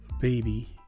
baby